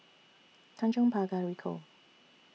Tanjong Pagar Ricoh